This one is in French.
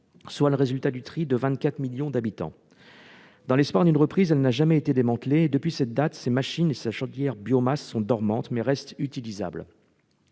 soit le résultat du tri de 24 millions d'habitants. Dans l'espoir d'une reprise, elle n'a pas été démantelée. Depuis sa fermeture, ses machines et sa chaudière biomasse sont dormantes, mais restent utilisables.